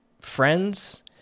friends